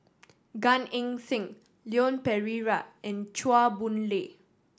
Gan Eng Seng Leon Perera and Chua Boon Lay